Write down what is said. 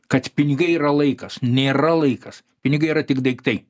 kad pinigai yra laikas nėra laikas pinigai yra tik daiktai